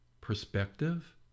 perspective